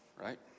right